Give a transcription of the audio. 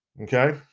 Okay